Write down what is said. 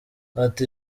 ati